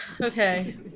Okay